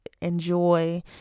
enjoy